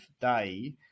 day